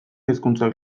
hizkuntzak